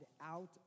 out